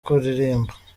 kuririmba